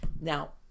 Now